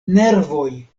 nervoj